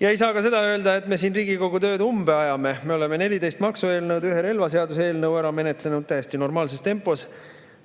ja ei saa ka öelda, et me siin Riigikogu tööd umbe ajame. Me oleme 14 maksueelnõu ja ühe relvaseaduse eelnõu ära menetlenud täiesti normaalses tempos.